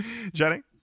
jenny